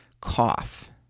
cough